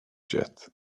jet